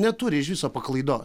neturi iš viso paklaidos